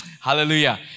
Hallelujah